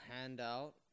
handout